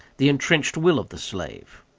the entrenched will of the slave.